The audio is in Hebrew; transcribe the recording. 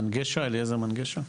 אלעזר מנגשה.